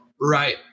Right